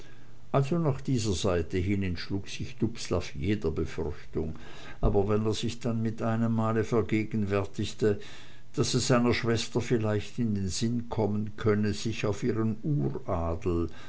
also nach dieser seite hin entschlug sich dubslav jeder befürchtung aber wenn er sich dann mit einem male vergegenwärtigte daß es seiner schwester vielleicht in den sinn kommen könne sich auf ihren uradel